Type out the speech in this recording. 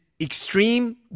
extreme